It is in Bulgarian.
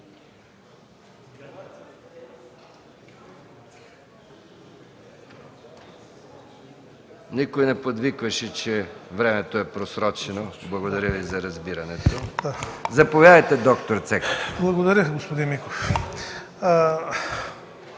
Благодаря. Господин Миков,